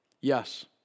Yes